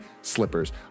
slippers